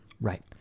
Right